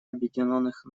объединенных